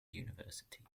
universities